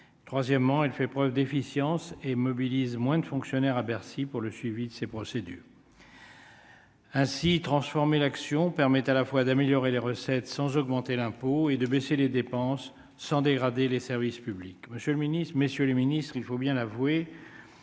troisièmement, il fait preuve d'efficience et mobilise moins de fonctionnaires à Bercy pour le suivi de ces procédures. Ainsi, transformer l'action permet à la fois d'améliorer les recettes sans augmenter l'impôt et de baisser les dépenses, sans dégrader les services publics, Monsieur le Ministre, messieurs les ministres, il faut bien l'avouer,